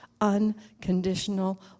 unconditional